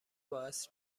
باس